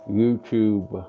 YouTube